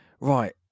right